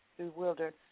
bewildered